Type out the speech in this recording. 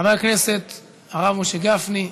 חבר הכנסת הרב משה גפני.